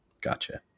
gotcha